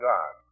God